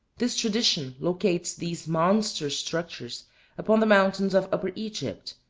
this tradition locates these monster structures upon the mountains of upper egypt,